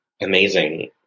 amazing